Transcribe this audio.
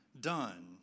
done